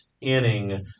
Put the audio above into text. inning